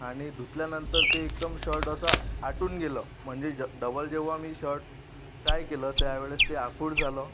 आणि धुतल्यानंतर ते एकदम शर्ट असा आटून गेलं म्हणजे डबल जेव्हा मी शर्ट ट्राय केलं त्या वेळेस ते आखूड झालं